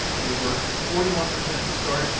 they were forty one percent to start.